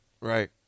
Right